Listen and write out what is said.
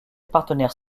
partenaires